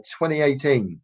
2018